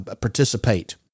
participate